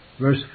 Verse